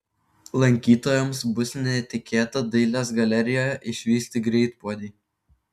lankytojams bus netikėta dailės galerijoje išvysti greitpuodį